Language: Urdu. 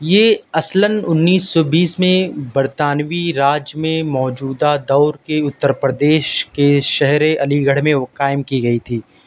یہ اصلاََ انیس سو بیس میں برطانوی راج میں موجودہ دور کے اتر پردیش کے شہرِ علی گڑھ میں وہ قائم کی گئی تھی